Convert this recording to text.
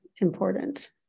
important